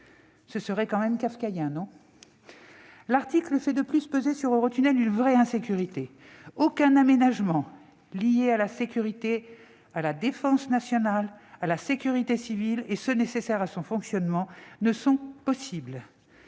Ce serait tout de même kafkaïen ! L'article fait de plus peser sur Eurotunnel une vraie insécurité. Les aménagements liés à la sécurité, à la défense nationale, à la sécurité civile et ceux nécessaires à son fonctionnement ne sont pas possibles.